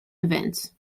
events